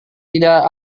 tidak